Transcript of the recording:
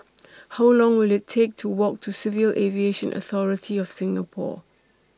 How Long Will IT Take to Walk to Civil Aviation Authority of Singapore